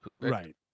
right